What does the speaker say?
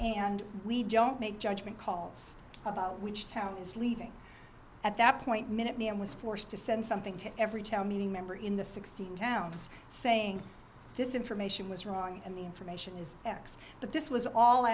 and we don't make judgement calls about which town is leaving at that point minute me and was forced to send something to every town meeting member in the sixteen towns saying this information was wrong and the information is x but this was all